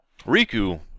Riku